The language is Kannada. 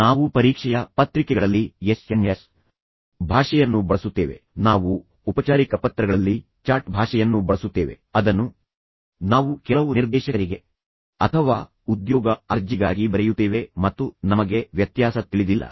ನಾವು ಪರೀಕ್ಷೆಯ ಪತ್ರಿಕೆಗಳಲ್ಲಿ SMS ಭಾಷೆಯನ್ನು ಬಳಸುತ್ತೇವೆ ನಾವು ಔಪಚಾರಿಕ ಪತ್ರಗಳಲ್ಲಿ ಚಾಟ್ ಭಾಷೆಯನ್ನು ಬಳಸುತ್ತೇವೆ ಅದನ್ನು ನಾವು ಕೆಲವು ನಿರ್ದೇಶಕರಿಗೆ ಅಥವಾ ಉದ್ಯೋಗ ಅರ್ಜಿಗಾಗಿ ಬರೆಯುತ್ತೇವೆ ಮತ್ತು ನಮಗೆ ವ್ಯತ್ಯಾಸ ತಿಳಿದಿಲ್ಲ